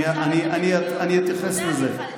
מייד אני אתייחס לזה.